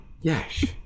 Yes